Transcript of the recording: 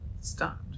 Stop